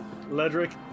Ledric